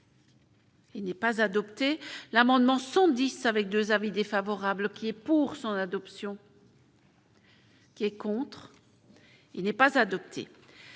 Il n'est pas adopté l'amendement 110 avec 2 avis défavorables qui est pour son adoption. Qui est contre, il n'est pas adopté.